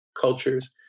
cultures